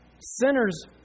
sinners